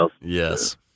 yes